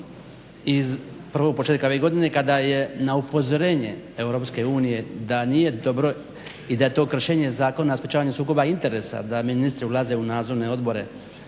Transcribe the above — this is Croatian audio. iz prvog početka ove godine kada je na upozorenje Europske unije da nije dobro i da je to kršenje Zakona o sprečavanju sukoba interesa da ministri ulaze u nadzorne odbore,